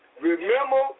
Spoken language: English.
Remember